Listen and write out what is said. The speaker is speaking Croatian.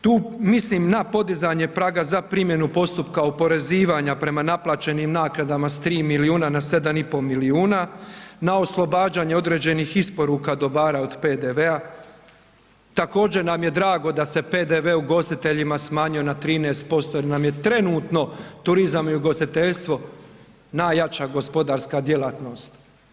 Tu mislim na podizanje praga za primjenu postupka oporezivanja prema naplaćenim naknadama s 3 milijuna na 7,5 milijuna, na oslobađanje određenih isporuka dobara od PDV-a, također nam je drago da se PDV ugostiteljima smanjio na 13% jer nam je trenutno turizam i ugostiteljstvo najjača gospodarska djelatnost.